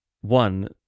one